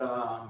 70 או 80,